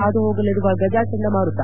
ಹಾದುಹೋಗಲಿರುವ ಗಜಾ ಚಂಡಮಾರುತ